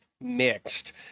mixed